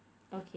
okay